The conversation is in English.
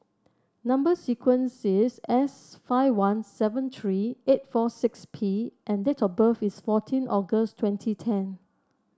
number sequence is S five one seven three eight four six P and date of birth is fourteen August twenty ten